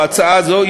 או ההצעה הזאת,